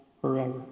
forever